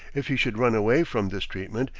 if he should run away from this treatment,